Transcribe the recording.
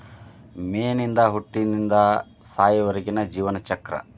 ಮೇನಿನ ಹುಟ್ಟಿನಿಂದ ಸಾಯುವರೆಗಿನ ಜೇವನ ಚಕ್ರ